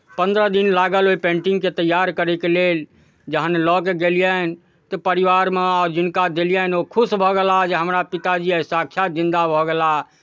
पन्द्रह दिन लागल ओहि पेन्टिंगके तैयार करयके लेल जहन लऽ के गेलियनि तऽ परिवारमे आ जिनका देलियनि ओ खुश भऽ गेलाह जे हमरा पिताजी आइ साक्षात जिंदा भऽ गेलाह